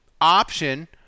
option